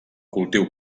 cultiu